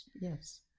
Yes